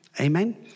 Amen